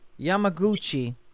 Yamaguchi